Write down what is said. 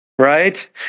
Right